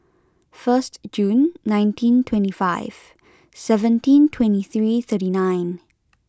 first June nineteen twenty five seventeen twenty three thirty nine